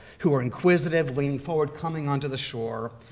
who are inquisitive, leaning forward, coming onto the shore,